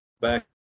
back